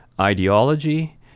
ideology